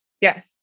Yes